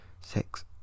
six